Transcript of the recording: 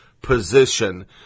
position